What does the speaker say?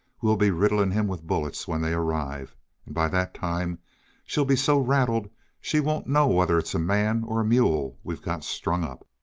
we'll be riddling him with bullets when they arrive and by that time she'll be so rattled she won't know whether it's a man or a mule we've got strung up.